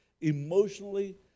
emotionally